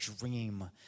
dream